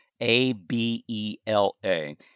A-B-E-L-A